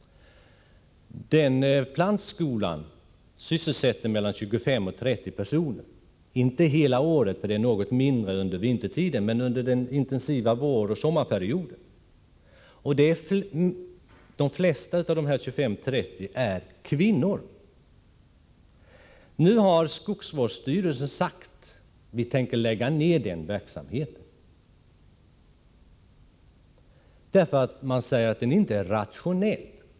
Den plantskolan sysselsätter under den intensiva våroch sommarperioden mellan 25 och 30 personer — något färre vintertid. De flesta av dessa 25 — 30 personer är kvinnor. Nu har skogsvårdsstyrelsen sagt sig ämna lägga ned den här verksamheten på grund av att man anser att den inte är rationell.